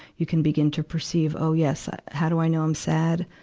you can begin to perceive, oh, yes. how do i know i'm sad?